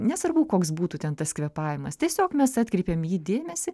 nesvarbu koks būtų ten tas kvėpavimas tiesiog mes atkreipiam į jį dėmesį